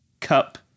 cup